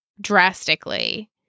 drastically